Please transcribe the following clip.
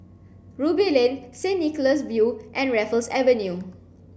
Ruby Lane Saint Nicholas View and Raffles Avenue